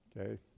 Okay